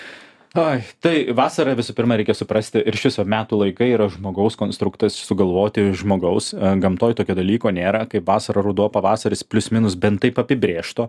ai tai vasara visų pirma reikia suprasti ir iš viso metų laikai yra žmogaus konstruktas sugalvoti žmogaus gamtoj tokio dalyko nėra kaip vasara ruduo pavasaris plius minus bent taip apibrėžto